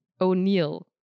o'neill